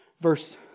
Verse